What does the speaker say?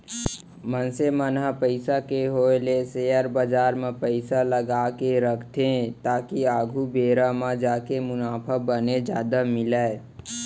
मनसे मन ह पइसा के होय ले सेयर बजार म पइसा लगाके रखथे ताकि आघु बेरा म जाके मुनाफा बने जादा मिलय